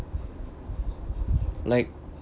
like